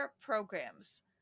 programs